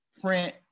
print